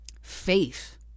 Faith